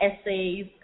essays